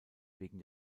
wegen